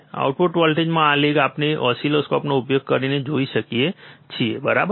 output વોલ્ટેજમાં આ lag આપણે ઓસિલોસ્કોપનો ઉપયોગ કરીને જોઈ શકીએ છીએ બરાબર